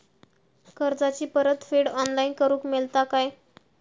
कर्जाची परत फेड ऑनलाइन करूक मेलता काय?